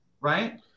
right